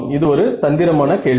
இது ஒரு தந்திரமான கேள்வி